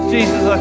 Jesus